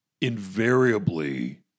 invariably